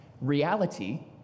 reality